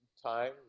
Time